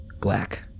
Black